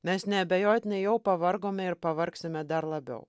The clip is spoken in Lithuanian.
mes neabejotinai jau pavargome ir pavargsime dar labiau